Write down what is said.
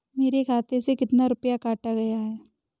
मेरे खाते से कितना रुपया काटा गया है?